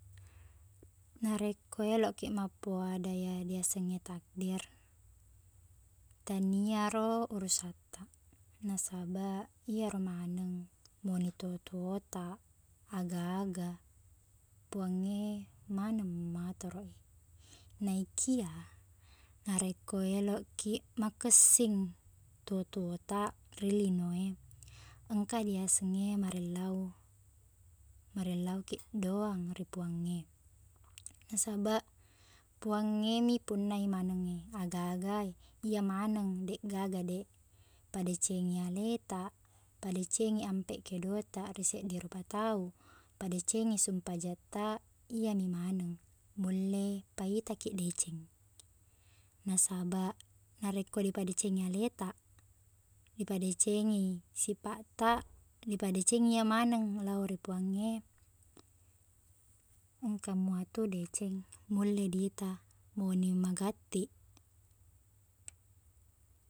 Narekko eloqkiq mappuadaya riasengna takdir, taniaro urusattaq. Nasabaq, iyaro maneng, moni tuo-tuotaq, aga-aga, puang e maneng matoroq i. Naikia, narekko eloqkiq makessing tuo-tuotaq ri lino e, engka diaseng e marillau. Marilaukiq doang ri puang e. Nasabaq, puang e mi punnai maneng i aga-aga e, iye maneng, deqgaga deq. Padecengi aletaq, padecengi ampeq kedotaq ri seddi rupa tau, padecengi sumpajangtaq, iyami maneng mulle paitakiq deceng. Nasabaq, narekko dipadecengi aletaq, ripadecengi sipaqtaq, dipadecengi iye maneng lao ri puang e, engka mua tu deceng mulle diita mauni magatti.